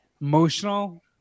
emotional